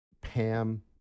Pam